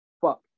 Fuck